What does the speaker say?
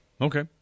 okay